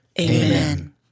Amen